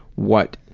what